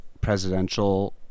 presidential